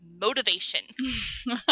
motivation